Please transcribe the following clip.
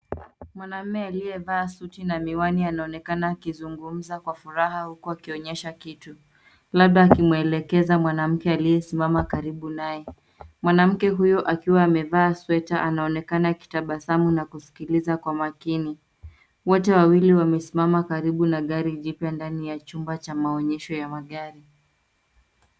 Mwanaume aliyevaa suti na miwani anaonekana akizugumza kwa furaha huku wakionyesha kitu. Labda akimwelekeza mwanamke aliyesimama karibu naye. Mwanamke huyo akiwa amevaa sweta anaonekana akitabasamu na kusikiliza kwa makini. Wote wawili wamesimama karibu na gari jipya bmndani ya chumba cha maonyesho ya gari.